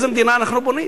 איזו מדינה אנחנו בונים?